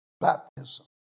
baptism